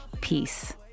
Peace